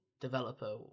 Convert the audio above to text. developer